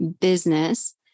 business